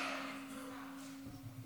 אבל אין פה שר.